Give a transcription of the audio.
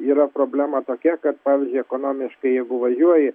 yra problema tokia kad pavyzdžiui ekonomiškai jeigu važiuoji